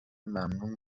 ممنون